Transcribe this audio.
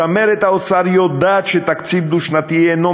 צמרת האוצר יודעת שתקציב דו-שנתי אינו